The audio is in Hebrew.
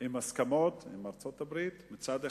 עם הסכמות עם ארצות-הברית מצד אחד,